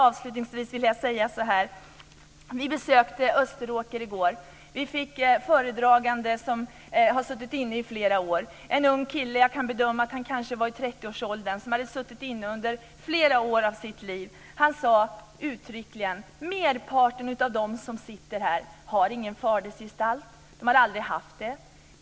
Avslutningsvis vill jag säga att vi besökte Österåker i går. Vi fick en föredragande som hade suttit inne i flera år. Det var en ung kille. Jag bedömer att han kanske var i 30-årsåldern. Han hade suttit inne under flera år av sitt liv. Han sade uttryckligen: Merparten av dem som sitter här har ingen fadersgestalt. De har aldrig haft det.